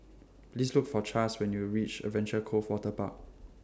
Please Look For Chas when YOU REACH Adventure Cove Waterpark